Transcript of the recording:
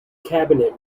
cabinet